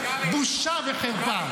בושה וחרפה.